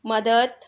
मदत